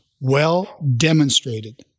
well-demonstrated